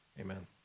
Amen